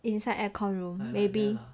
inside aircon room maybe